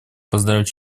поздравить